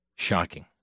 Shocking